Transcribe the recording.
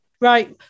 right